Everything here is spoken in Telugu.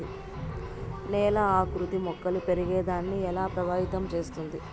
నేల ఆకృతి మొక్కలు పెరిగేదాన్ని ఎలా ప్రభావితం చేస్తుంది?